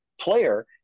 player